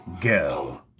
go